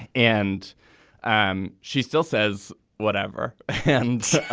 and um she still says whatever. and